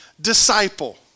disciple